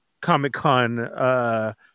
Comic-Con